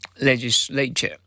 Legislature